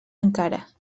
encara